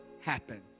happen